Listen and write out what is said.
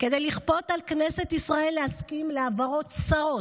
כדי לכפות על כנסת ישראל להסכים להעברות צרות,